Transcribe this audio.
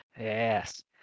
Yes